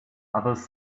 others